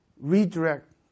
redirect